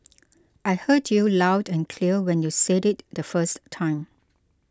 I heard you loud and clear when you said it the first time